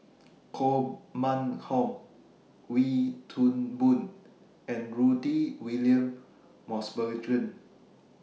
Koh Mun Hong Wee Toon Boon and Rudy William Mosbergen